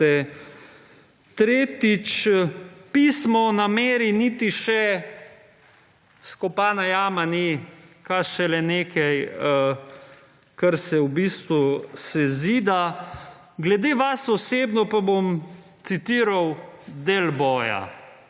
Tretjič. Pismo o nameri niti še skopana jama ni, kaj šele nekaj, kar se v bistvu sezida. Glede vas osebno pa bom citiral Del Boya.